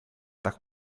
tak